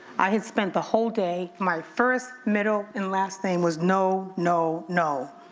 i had spent the whole day, my first middle and last name was no, no, no.